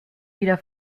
wieder